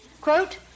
Quote